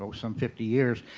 so some fifty years.